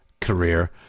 career